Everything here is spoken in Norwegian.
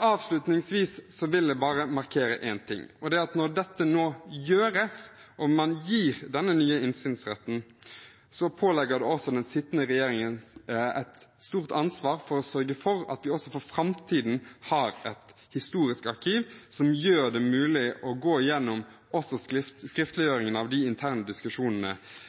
Avslutningsvis vil jeg bare markere én ting: Når dette nå gjøres, når man gir denne nye innsynsretten, pålegger det også den sittende regjeringen et stort ansvar å sørge for at vi også for framtiden har et historisk arkiv som gjør det mulig å gå gjennom skriftliggjøringen av de diskusjonene som har vært internt i en regjering. Så håper jeg også